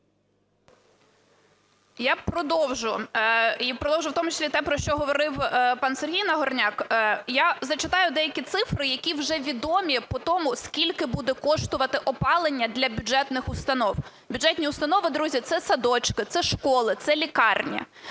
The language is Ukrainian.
Я продовжу і продовжу в тому числі те, про що говорив пан Сергій Нагорняк. Я зачитаю деякі цифри, які вже відомі по тому, скільки буде коштувати опалення для бюджетних установ. Бюджетні установи, друзі, це садочки, це школи, це лікарня.